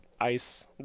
ice